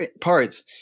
parts